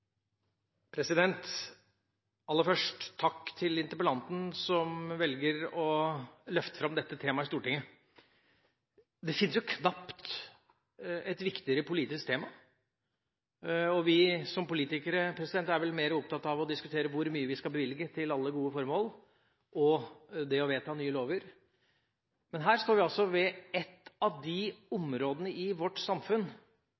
best. Aller først takk til interpellanten som velger å løfte fram dette temaet i Stortinget. Det finnes jo knapt et viktigere politisk tema, og vi som politikere er vel mer opptatt av å diskutere hvor mye vi skal bevilge til alle gode formål, og av det å vedta nye lover. Men her står vi ved et av de områdene i vårt samfunn